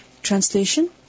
Translation